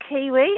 Kiwi